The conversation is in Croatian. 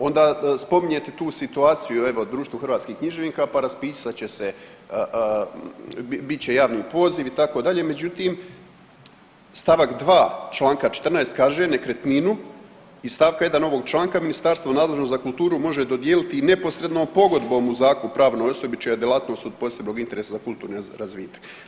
Onda spominjete tu situaciju, evo, Društvo hrvatskih književnika pa raspisat će se, bit će javni poziv, itd., međutim, st. 2. čl. 14 kaže, nekretninu iz st. 1. ovog čl. ministarstvo nadležno za kulturu može dodijeliti i neposrednom pogodbom u zakup pravnoj osobi čija je djelatnost od posebnog interesa za kulturni razvitak.